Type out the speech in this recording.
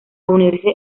unirse